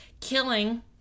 killing